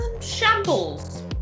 shambles